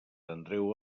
andreu